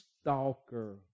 stalker